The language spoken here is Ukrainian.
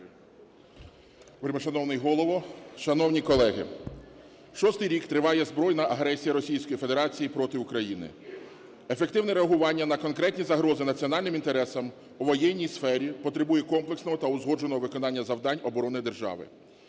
Вельмишановний Голово, шановні колеги! Шостий рік триває збройна агресія Російської Федерації проти України, ефективне реагування на конкретні загрози національним інтересам у воєнній сфері потребує комплексного та узгодженого виконання завдань оборони держави.